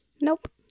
Nope